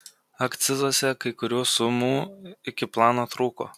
akcizuose kai kurių sumų iki plano trūko